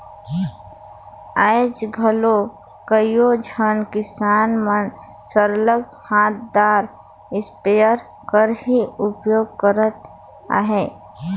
आएज घलो कइयो झन किसान मन सरलग हांथदार इस्पेयर कर ही परयोग करत अहें